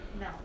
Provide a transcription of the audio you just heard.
No